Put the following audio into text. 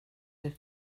have